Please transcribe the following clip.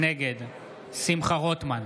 נגד שמחה רוטמן,